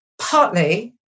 partly